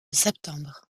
septembre